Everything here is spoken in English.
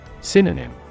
Synonym